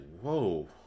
whoa